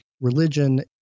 religion